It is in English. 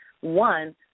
one